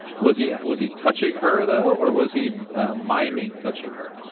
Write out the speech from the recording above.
was yeah was he touching her, though, or was he miming touching her?